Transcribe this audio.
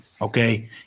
okay